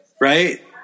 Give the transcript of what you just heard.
right